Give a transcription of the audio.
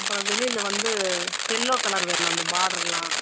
அப்புறம் வெளியில் வந்து எல்லோ கலர் வேணும் அந்த பாடருலாம்